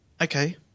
Okay